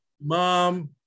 Mom